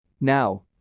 Now